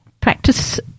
Practice